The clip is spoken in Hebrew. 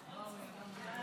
לכולנו.